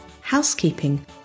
housekeeping